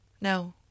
No